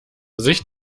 sich